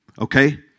Okay